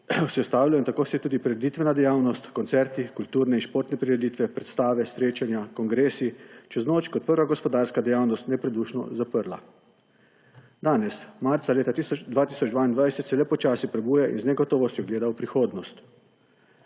je ustavilo in tako se je tudi prireditvena dejavnost, koncerti, kulturne in športne prireditve, predstave, srečanja, kongresi čez noč kot prva gospodarska dejavnost nepredušno zaprla. Danes, marca leta 2022 se le počasi prebuja in z negotovostjo gleda v prihodnost.